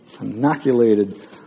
inoculated